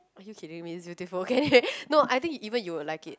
are you kidding me it's beautiful okay no I think even you will like it